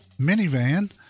minivan